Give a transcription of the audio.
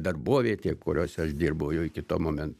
darbovietė kuriose aš dirbau jau iki to momento